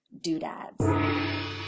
Doodads